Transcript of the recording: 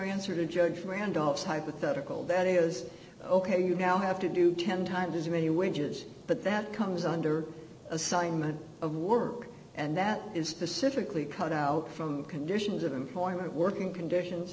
answer to judge from randolph's hypothetical that is ok you now have to do ten times as many wages but that comes under assignment of work and that is specifically cut out from conditions of employment working conditions